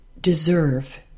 deserve